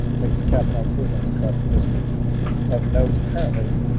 making capital improvements across the district of notes. currently,